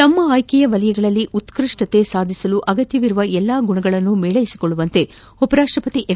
ತಮ್ನ ಆಯ್ಲೆಯ ವಲಯಗಳಲ್ಲಿ ಉತ್ಪ್ಲತೆ ಸಾಧಿಸಲು ಅಗತ್ತವಿರುವ ಎಲ್ಲಾ ಗುಣಗಳನ್ನು ಮೇಳ್ಳೆಸಿಕೊಳ್ಳುವಂತೆ ಉಪರಾಷ್ಷಪತಿ ಎಂ